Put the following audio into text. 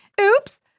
Oops